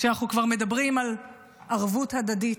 שאנחנו כבר מדברים על ערבות הדדית,